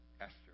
Esther